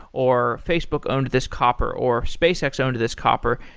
or facebook owned this copper, or spacex owned this copper,